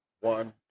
one